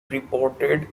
reported